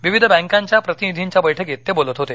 विविध बँकांच्या प्रतिनिधींच्या बैठकीत ते बोलत होते